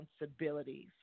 responsibilities